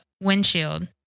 windshield